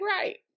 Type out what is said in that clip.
right